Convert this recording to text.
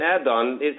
add-on